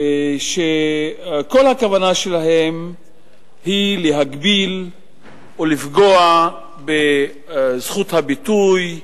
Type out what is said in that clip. שכל הכוונה שלהם היא להגביל או לפגוע בזכות הביטוי,